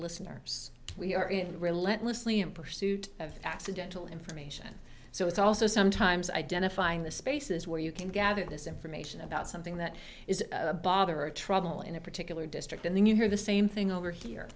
listeners we are in relentlessly in pursuit of accidental information so it's also sometimes identifying the spaces where you can gather this information about something that is a bother or trouble in a particular district and then you hear the same thing over here